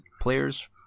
players